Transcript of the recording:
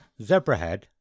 Zebrahead